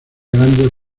grandes